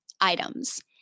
items